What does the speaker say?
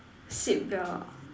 seat belt